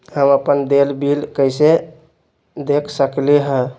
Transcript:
हम अपन देल बिल कैसे देख सकली ह?